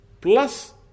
plus